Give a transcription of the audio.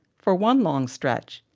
for one long stretch,